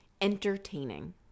entertaining